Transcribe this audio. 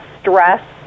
stress